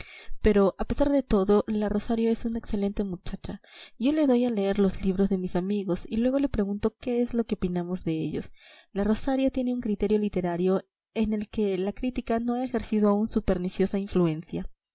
pero a pesar de todo la rosario es una excelente muchacha yo le doy a leer los libros de mis amigos y luego le pregunto qué es lo que opinamos de ellos la rosario tiene un criterio literario en el que la crítica no ha ejercido aún su perniciosa influencia